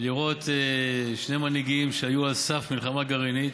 לראות שני מנהיגים שהיו על סף מלחמה גרעינית,